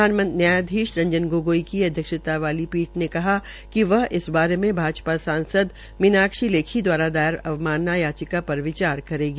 प्रधान न्यायाधीश रंजन गोगोई की अध्यक्षता वाली पीठ ने कहा कि वह इस बारे में भाजपा सांसद मीनाक्षी लेखी दवारा दायर अवमानना याचिका पर विचार करेगी